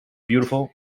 beautiful